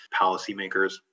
policymakers